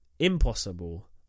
Impossible